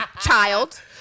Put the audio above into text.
child